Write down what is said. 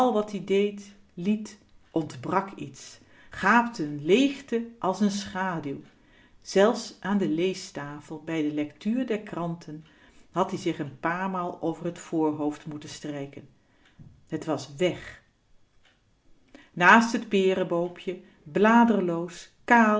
wat-ie deed liet ontbrak iets gaapte n leegte als n schaduw zelfs aan de leestafel bij de lectuur der kranten had-ie zich n paar maal over t voorhoofd moeten strijken het was wèg naast t peereboompje